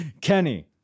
Kenny